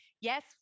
yes